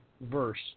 verse